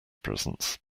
presents